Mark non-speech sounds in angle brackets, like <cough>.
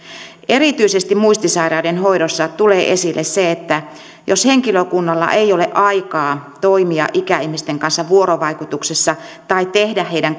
erityisesti muistisairaiden hoidossa tulee esille se että jos henkilökunnalla ei ole aikaa toimia ikäihmisten kanssa vuorovaikutuksessa tai tehdä heidän <unintelligible>